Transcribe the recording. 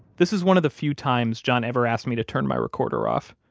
this is one of the few times john ever asked me to turn my recorder off.